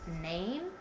name